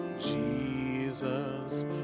Jesus